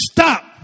Stop